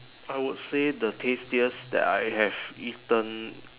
I would say the tastiest that I have eaten